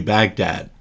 Baghdad